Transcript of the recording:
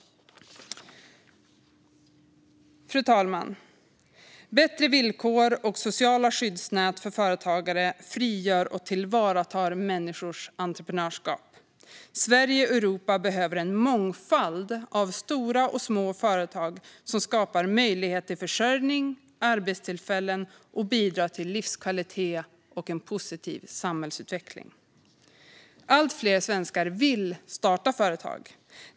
Fru talman! Bättre villkor och sociala skyddsnät för företagare frigör och tillvaratar människors entreprenörskap. Sverige och Europa behöver en mångfald av stora och små företag som ger möjlighet till försörjning, skapar arbetstillfällen och bidrar till livskvalitet och en positiv samhällsutveckling. Allt fler svenskar vill starta företag.